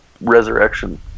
resurrection